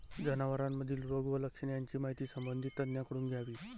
जनावरांमधील रोग व लक्षणे यांची माहिती संबंधित तज्ज्ञांकडून घ्यावी